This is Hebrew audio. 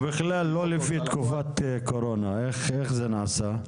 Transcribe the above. ובכלל, לא לפי תקופת קורונה, איך זה נעשה?